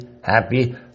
happy